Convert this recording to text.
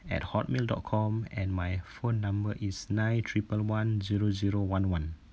at hotmail dot com and my phone number is nine triple one zero zero one one